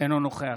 אינו נוכח